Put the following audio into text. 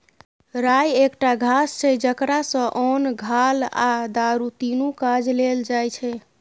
राइ एकटा घास छै जकरा सँ ओन, घाल आ दारु तीनु काज लेल जाइ छै